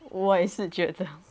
我也是觉得